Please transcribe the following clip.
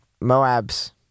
Moab's